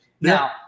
Now